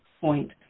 point